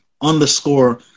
underscore